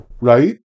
Right